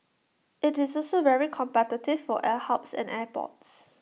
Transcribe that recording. IT is also very competitive for air hubs and airports